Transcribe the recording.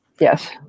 Yes